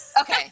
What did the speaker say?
Okay